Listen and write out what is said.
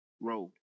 road